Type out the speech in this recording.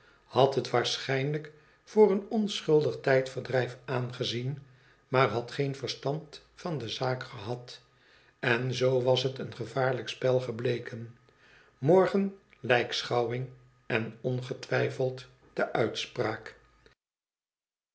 had het waarschijnlijk voor een onschuldig tijdverdrijfaangezien maar had geen verstand van de zaak gehad en zoo was het een gevaarlijk spel gebleken morgen lijkschouwing en ongetwijfeld de uitspraak